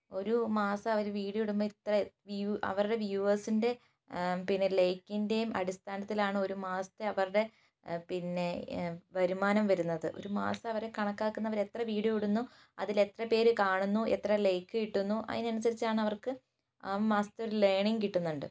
ഒരു മാസം അവർ വീഡിയോ ഇടുമ്പോൾ ഇത്ര വ്യൂ അവരുടെ വ്യൂവേഴ്സിൻ്റെ പിന്നെ ലൈക്കിൻ്റെയും അടിസ്ഥാനത്തിലാണ് ഒരു മാസത്തിലെ അവരുടെ പിന്നെ വരുമാനം വരുന്നത് ഒരു മാസം അവർ കണക്കാക്കുന്ന അവർ എത്ര വീഡിയോ ഇടുന്നോ അതിലെത്ര പേര് കാണുന്നു എത്ര ലൈക്ക് കിട്ടുന്നു അതിന് അനുസരിച്ചാണ് അവർക്ക് ആ മാസത്തെ ഒരു ലേണിംഗ് കിട്ടുന്നുണ്ട്